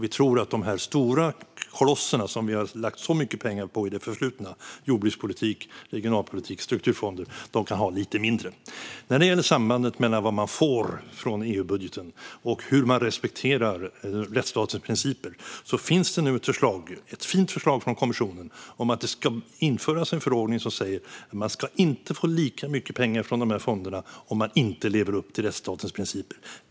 Vi tror att de stora kolosser som vi har lagt så mycket pengar på i det förflutna - jordbrukspolitik, regionalpolitik och strukturfonder - kan ha lite mindre. När det gäller sambandet mellan vad man får från EU-budgeten och hur man respekterar rättsstatens principer kan jag nämna att det nu finns ett förslag, ett fint förslag från kommissionen, om att det ska införas en förordning som säger att man inte ska få lika mycket pengar från fonderna om man inte lever upp till rättsstatens principer.